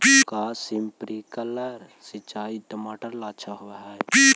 का स्प्रिंकलर सिंचाई टमाटर ला अच्छा होव हई?